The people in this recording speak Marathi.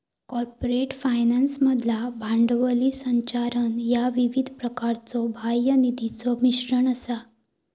कॉर्पोरेट फायनान्समधला भांडवली संरचना ह्या विविध प्रकारच्यो बाह्य निधीचो मिश्रण असा